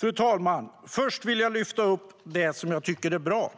Fru talman! Först vill jag lyfta upp det jag tycker är bra.